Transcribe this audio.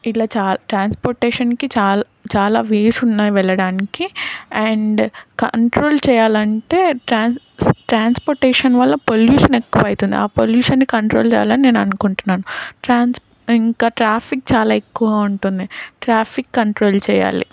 ఇట్లా చాలా ట్రాన్స్పోర్టేషన్కి చాలా చాలా వేస్ ఉన్నాయి వెళ్ళడానికి అండ్ కంట్రోల్ చేయాలంటే ట్రాన్స్ ట్రాన్స్పోర్టేషన్ వల్ల పొల్యూషన్ ఎక్కువ అవుతుంది ఆ పొల్యూషన్ని కంట్రోల్ చేయాలని నేను అనుకుంటున్నాను ట్రాన్స్ ఇంకా ట్రాఫిక్ చాలా ఎక్కువ ఉంటుంది ట్రాఫిక్ కంట్రోల్ చేయాలి